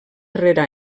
rere